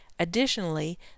additionally